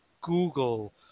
Google